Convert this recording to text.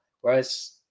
Whereas